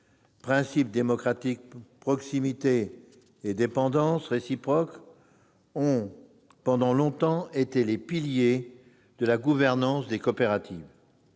Principes démocratiques, proximité et dépendance réciproque ont pendant longtemps été les piliers de la gouvernance des coopératives.